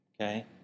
okay